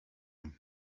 and